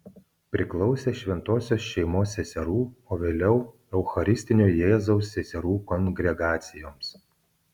priklausė šventosios šeimos seserų o vėliau eucharistinio jėzaus seserų kongregacijoms